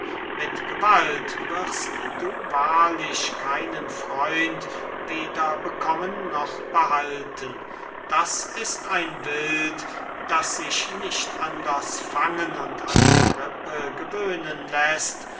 mit gewalt wirst du wahrlich keinen freund weder bekommen noch behalten das ist ein wild das sich nicht anders fangen und an die krippe gewöhnen läßt